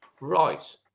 Right